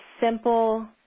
simple